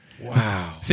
wow